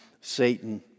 Satan